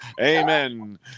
Amen